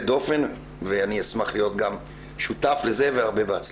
דופן ואני אשמח להיות גם שותף לזה והרבה בהצלחה.